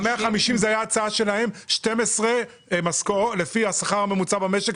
ה-150,000 ₪ היה הצעה שלהם; לפי השכר הממוצע במשק,